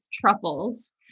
truffles